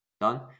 done